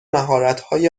مهارتهای